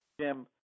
Jim